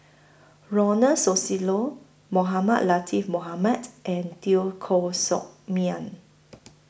Ronald Susilo Mohamed Latiff Mohamed and Teo Koh Sock Miang